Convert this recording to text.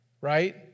right